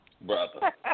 brother